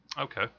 Okay